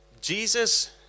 Jesus